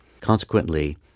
Consequently